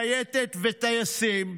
שייטת וטייסים,